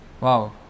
Wow